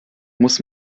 muss